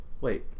wait